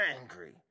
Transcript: angry